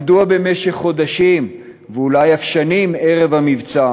מדוע במשך חודשים ואולי אף שנים ערב המבצע